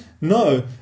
no